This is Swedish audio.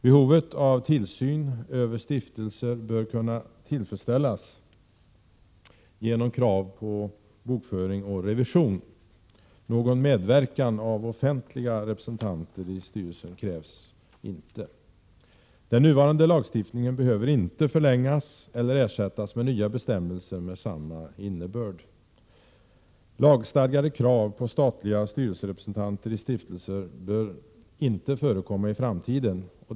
Behovet av tillsyn över stiftelser bör kunna tillfredsställas genom krav på bokföring och revision. Någon medverkan av offentliga representanter i styrelsen krävs inte. Den nuvarande lagstiftningen behöver inte förlängas eller ersättas med nya bestämmelser med samma innebörd. Lagstadgade krav på statliga styrelserepresentanter i stiftelser bör inte förekomma i framtiden.